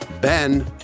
Ben